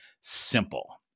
simple